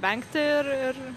vengti ir